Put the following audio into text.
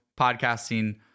podcasting